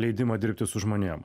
leidimą dirbti su žmonėm